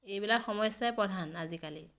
এইবিলাক সমস্যাই প্ৰধান আজিকালি